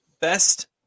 Best